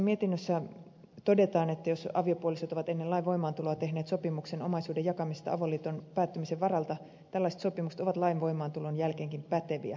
mietinnössä todetaan että jos avopuolisot ovat ennen lain voimaantuloa tehneet sopimuksen omaisuuden jakamisesta avoliiton päättymisen varalta tällaiset sopimukset ovat lain voimaantulon jälkeenkin päteviä